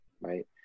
right